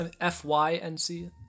F-Y-N-C